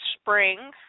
spring